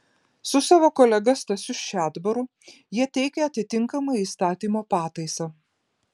su savo kolega stasiu šedbaru jie teikia atitinkamą įstatymo pataisą